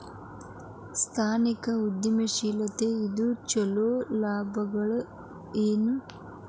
ಸಾಂಸ್ಥಿಕ ಉದ್ಯಮಶೇಲತೆ ಇಂದ ಆಗೋ ಲಾಭಗಳ ಏನು